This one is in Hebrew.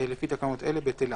לפי תקנות אלה - בטלה.